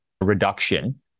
reduction